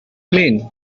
mean